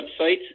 website